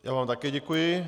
Já vám také děkuji.